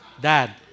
dad